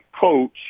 coach